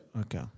Okay